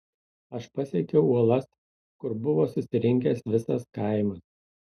aš pasiekiau uolas kur buvo susirinkęs visas kaimas